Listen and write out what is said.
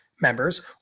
members